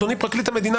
אדוני פרקליט המדינה,